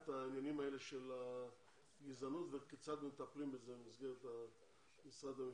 העניינים האלה של הגזענות וכיצד מטפלים בזה במסגרת משרד המשפטים.